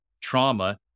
trauma